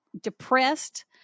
depressed